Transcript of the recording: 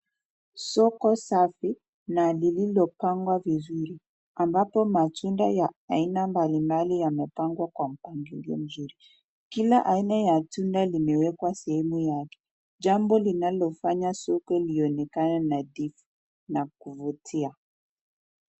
Soko safi na lililopangwa vizuri ambapo matunda ya aina mbalimbali yamepangwa kwa mpangilio mzuri. Kila aina ya tunda limewekwa sehemu yake. Jambo linalofanya soko lionekane nadhifu na kuvutia.